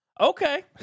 Okay